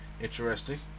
interesting